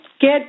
get